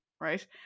right